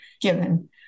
given